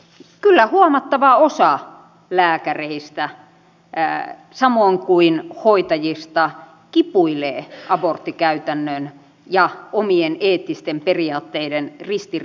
kyllä huomattava osa lääkäreistä samoin kuin hoitajista kipuilee aborttikäytännön ja omien eettisten periaatteiden ristiriidassa